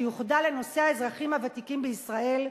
שיוחדה לנושא האזרחים הוותיקים בישראל,